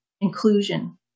inclusion